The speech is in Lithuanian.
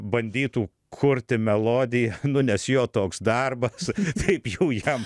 bandytų kurti melodiją nes jo toks darbas kaip jau jam